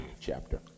chapter